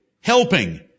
helping